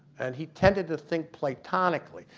and he tended to think platonically.